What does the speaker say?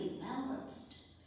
balanced